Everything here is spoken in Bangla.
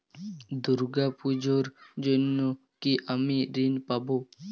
দুর্গা পুজোর জন্য কি আমি ঋণ পাবো?